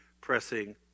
pressing